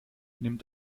nimmt